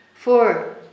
Four